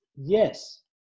yes